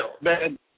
man